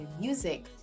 music